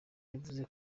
yavuze